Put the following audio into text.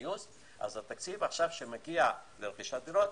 התקציב שמגיע לרכישת דירות,